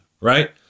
right